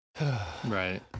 right